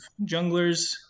junglers